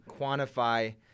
quantify